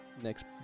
next